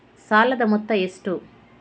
ಸಾಲದ ಮೊತ್ತ ಎಷ್ಟು?